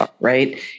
right